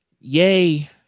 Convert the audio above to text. yay